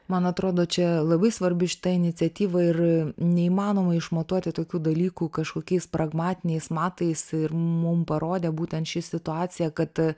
man atrodo čia labai svarbi šita iniciatyva ir neįmanoma išmatuoti tokių dalykų kažkokiais pragmatiniais matais ir mum parodė būtent ši situacija kad